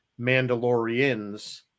Mandalorians